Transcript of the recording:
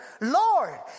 lord